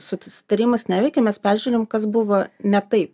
susitarimas neveikia mes peržiūrim kas buvo ne taip